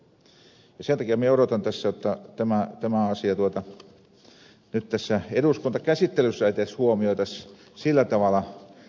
sen takia minä odotan jotta tämä asia nyt tässä eduskuntakäsittelyssä edes huomioitaisiin sillä tavalla